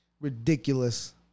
Ridiculous